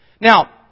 Now